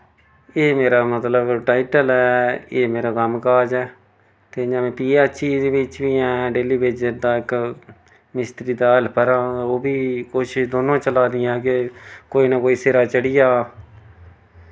एह् मेरा मतलब टाइटल ऐ एह् मेरा कम्मकाज ऐ ते इ'यां में पी एच ई बिच्च बी इ'यां डेली वेजर दा इक मिस्त्री दा हैल्पर आं ओह् बी कोशश दोनो चला दियां के कोई ना कोई सिरा चढ़ी जा